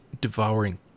devouring